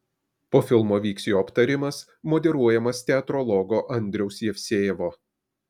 po filmo vyks jo aptarimas moderuojamas teatrologo andriaus jevsejevo